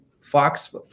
Fox